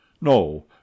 No